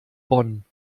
bonn